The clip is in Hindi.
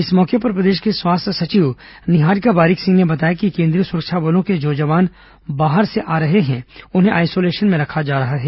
इस मौके पर प्रदेश की स्वास्थ्य सचिव निहारिका बारिक सिंह ने बताया कि केंद्रीय सुरक्षा बलों के जो जवान बाहर से आ रहे हैं उन्हें आईसोलेशन में रखा जा रहा है